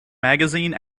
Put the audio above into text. magazine